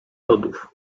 lodów